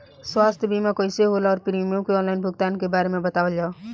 स्वास्थ्य बीमा कइसे होला और प्रीमियम के आनलाइन भुगतान के बारे में बतावल जाव?